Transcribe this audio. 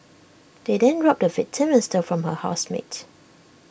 they then robbed the victim and stole from her housemate